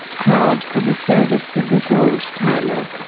crowd for the service of this old timer.